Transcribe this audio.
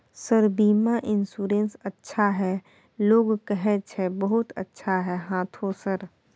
Sir बीमा insurance अच्छा है लोग कहै छै बहुत अच्छा है हाँथो सर?